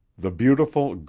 the beautiful,